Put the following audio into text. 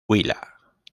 huila